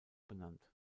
benannt